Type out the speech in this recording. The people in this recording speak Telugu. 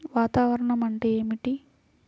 వాతావరణం అంటే ఏమిటి?